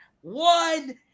one